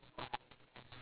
ya